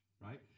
right